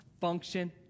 function